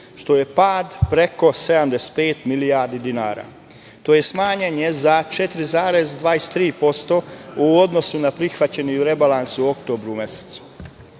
što je pad preko 75 milijardi dinara, tj. smanjenje za 4,23% u odnosu na prihvaćeni rebalans u oktobru